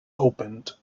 opened